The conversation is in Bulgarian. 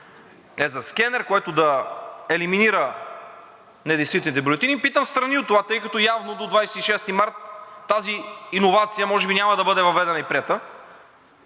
е за скенер, което да елиминира недействителните бюлетини. Питам встрани от това, тъй като явно до 26 март тази иновация може би няма да бъде въведена и приета: